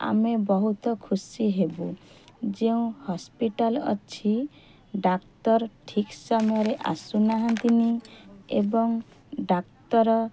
ଆମେ ବହୁତ ଖୁସି ହେବୁ ଯେଉଁ ହସ୍ପିଟାଲ୍ ଅଛି ଡାକ୍ତର ଠିକ୍ ସମୟରେ ଆସୁ ନାହାନ୍ତି ନି ଏବଂ ଡାକ୍ତର